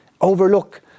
overlook